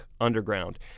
underground